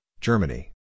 Germany